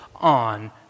on